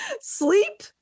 Sleep